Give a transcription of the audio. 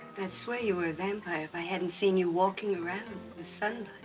that's where you were a vampire if i hadn't seen you walking around the sunlight